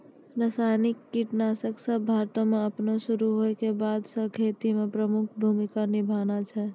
रसायनिक कीटनाशक सभ भारतो मे अपनो शुरू होय के बादे से खेती मे प्रमुख भूमिका निभैने छै